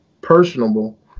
personable